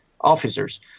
officers